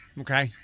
Okay